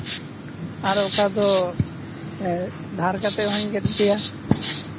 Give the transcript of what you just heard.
ᱟᱨ ᱚᱠᱟᱫᱚ ᱦᱮᱸ ᱫᱷᱟᱨ ᱠᱟᱛᱮᱫ ᱦᱚᱧ ᱜᱮᱫ ᱯᱮᱭᱟ